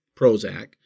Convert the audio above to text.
Prozac